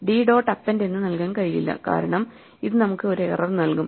d dot append എന്ന് നൽകാൻ കഴിയില്ല കാരണം ഇത് നമുക്ക് ഒരു എറർ നൽകും